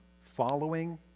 following